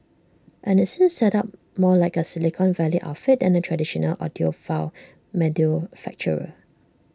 and IT seems set up more like A Silicon Valley outfit than A traditional audiophile manufacturer